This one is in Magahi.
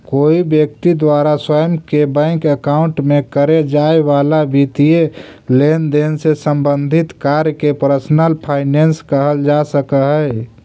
कोई व्यक्ति द्वारा स्वयं के बैंक अकाउंट में करे जाए वाला वित्तीय लेनदेन से संबंधित कार्य के पर्सनल फाइनेंस कहल जा सकऽ हइ